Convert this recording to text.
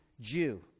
Jew